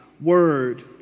Word